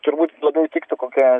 turbūt labiau tiktų kokia